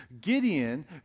Gideon